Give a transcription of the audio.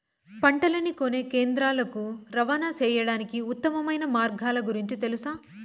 పంటలని కొనే కేంద్రాలు కు రవాణా సేయడానికి ఉత్తమమైన మార్గాల గురించి తెలుసా?